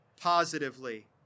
positively